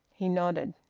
he nodded.